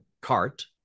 cart